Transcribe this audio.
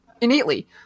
Innately